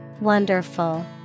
Wonderful